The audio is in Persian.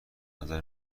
نظر